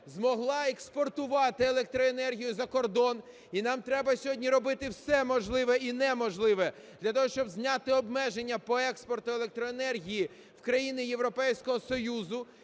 змогла експортувати електроенергію за кордон. І нам треба сьогодні робити все можливе і неможливе для того, щоб зняти обмеження по експорту електроенергії в країни Європейського Союзу,